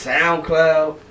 SoundCloud